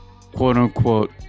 quote-unquote